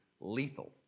lethal